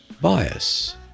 bias